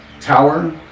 tower